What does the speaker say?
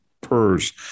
PERS